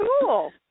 cool